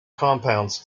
compounds